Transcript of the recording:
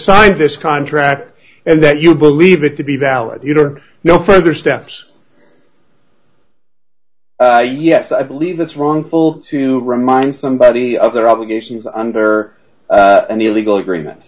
signed this contract and that you believe it to be valid you know no further steps yes i believe that's wrongful to remind somebody of their obligations under any legal agreement